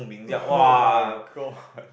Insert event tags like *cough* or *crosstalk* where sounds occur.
oh my god *laughs*